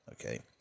okay